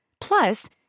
Plus